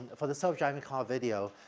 for the self-driving car video,